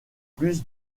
plus